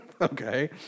Okay